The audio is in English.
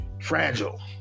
fragile